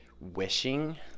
wishing